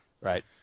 right